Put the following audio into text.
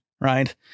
right